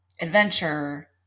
adventure